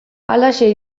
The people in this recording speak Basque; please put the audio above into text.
halaxe